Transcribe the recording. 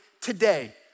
today